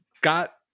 got